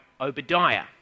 Obadiah